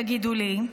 תגידו לי,